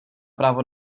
právo